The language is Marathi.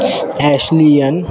ॲशलियन